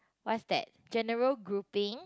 what's that general grouping